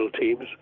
teams